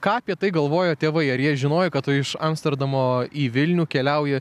ką apie tai galvojo tėvai ar jie žinojo kad tu iš amsterdamo į vilnių keliauji